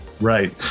Right